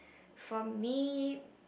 for me